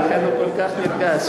לכן הוא כל כך נרגש.